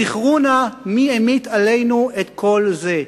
זכרו נא מי המיט עלינו את כל זה,